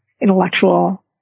intellectual